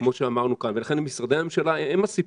כמו שאמרנו כאן, ולכן משרדי הממשלה הם הסיפור.